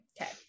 Okay